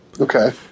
Okay